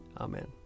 Amen